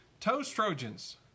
ToesTrojans